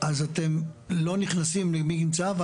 אז אתם לא נכנסים למי נמצא.